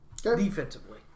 Defensively